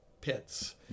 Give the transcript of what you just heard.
pits